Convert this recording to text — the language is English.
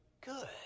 good